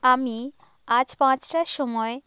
আমি আজ পাঁচটার সময়